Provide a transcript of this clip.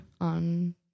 on